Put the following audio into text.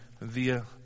via